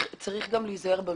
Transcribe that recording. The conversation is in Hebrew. צריך להיזהר במינוח.